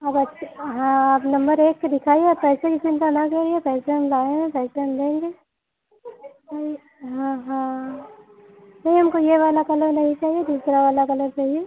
अब अच्छे हाँ आप नम्बर एक के दिखाइए पैसे की चिन्ता ना करिए पैसे हम लाए हैं पैसे हम देंगे नहीं हाँ हाँ नहीं हमको यह वाला कलर नहीं चाहिए दूसरा वाला कलर चाहिए